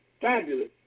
fabulous